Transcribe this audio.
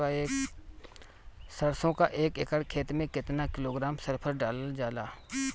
सरसों क एक एकड़ खेते में केतना किलोग्राम सल्फर डालल जाला?